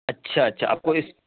اچھا اچھا آپ کو اس